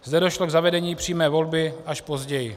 Zde došlo k zavedení přímé volby až později.